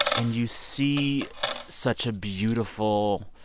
and you see such a beautiful,